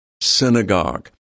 synagogue